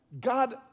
God